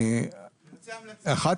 אחת